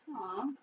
Aww